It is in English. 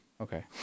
Okay